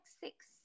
six